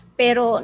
pero